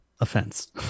offense